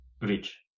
Bridge